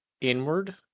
inward